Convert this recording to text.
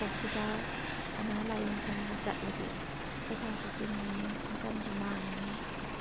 hospital ꯑꯅꯥ ꯂꯥꯏꯌꯦꯡ ꯁꯪꯗ ꯆꯠꯂꯗꯤ ꯄꯩꯁꯥꯁꯨ ꯇꯤꯡꯂꯅꯤ ꯃꯇꯝꯁꯨ ꯃꯥꯡꯂꯅꯤ